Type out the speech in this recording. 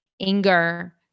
anger